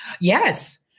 Yes